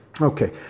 Okay